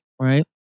right